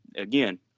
again